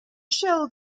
shell